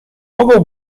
mogą